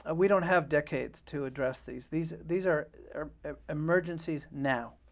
ah we don't have decades to address these. these these are are ah emergencies now.